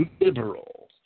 liberal